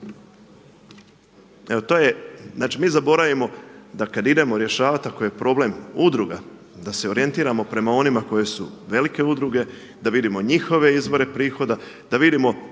mi zaboravimo da kada idemo rješavati ako je problem udruga da se orijentiramo prema onima koji su velike udruge, da vidimo njihove izvore prihoda, da vidimo